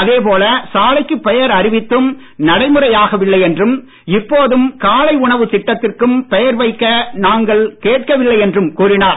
அதேபோல் சாலைக்கு பெயர் அறிவித்ததும் நடைமுறையாகவில்லை என்றும் இப்போதும் காலை உணவு திட்டத்துக்கும் பெயர் வைக்க நாங்கள் கேட்கவில்லை என்றும் கூறினார்